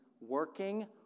working